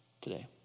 today